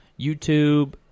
YouTube